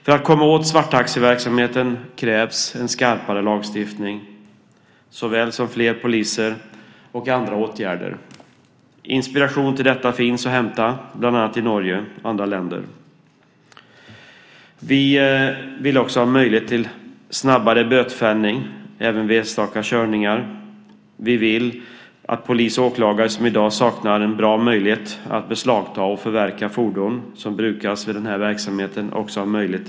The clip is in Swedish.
För att komma åt svarttaxiverksamheten krävs såväl en skarpare lagstiftning som fler poliser och andra åtgärder. Inspiration till detta finns att hämta i Norge och andra länder. Vi vill också ha möjlighet till snabbare bötfällning även vid enstaka körningar. Vi vill att polis och åklagare, som i dag saknar bra möjligheter att beslagta och förverka fordon som brukas vid denna verksamhet, får den möjligheten.